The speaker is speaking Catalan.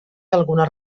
algunes